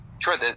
Sure